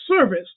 service